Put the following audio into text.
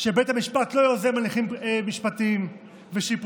שבית המשפט לא יוזם הליכים משפטיים ושיפוטיים.